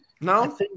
No